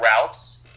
routes